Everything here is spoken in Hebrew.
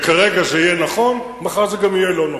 וכרגע זה יהיה נכון, מחר זה גם יהיה לא נכון.